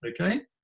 okay